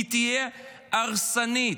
תהיה הרסנית,